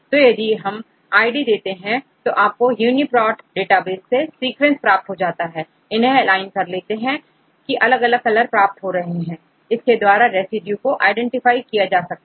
तो यदि आप यह आईडी देते हैं तो आपकोUniProt डेटाबेस से सीक्वेंस प्राप्त हो जाता है इन्हें एलाइन कर देखते हैं की अलग अलग कलर प्राप्त हो रहे हैं इनके द्वारा रेसिड्यू कोआईडेंटिफाई किया जा सकता है